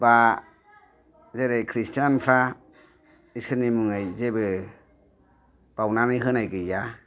बा जेरै खृस्टानफ्रा इसोरनि मुङै जेबो बावनानै होनाय गैया